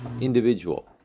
individual